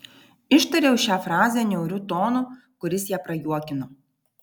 ištariau šią frazę niauriu tonu kuris ją prajuokino